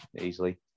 easily